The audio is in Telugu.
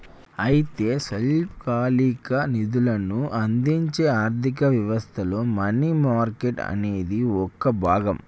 అయితే స్వల్పకాలిక నిధులను అందించే ఆర్థిక వ్యవస్థలో మనీ మార్కెట్ అనేది ఒక భాగం